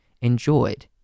enjoyed